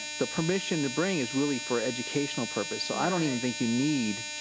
the permission to bring is really for educational purpose. so i don't even think you need,